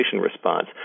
response